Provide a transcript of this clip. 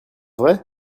vrai